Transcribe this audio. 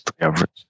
average